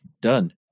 done